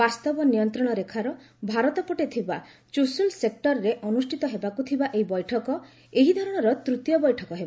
ବାସ୍ତବ ନିୟନ୍ତ୍ରଣରେଖାର ଭାରତ ପଟେ ଥିବା ଚୁଷୁଲ୍ ସେକ୍ଟରରେ ଅନୁଷ୍ଠିତ ହେବାକୁ ଥିବା ଏହି ବୈଠକ ଏହିସ୍ତରର ତୃତୀୟ ବୈଠକ ହେବ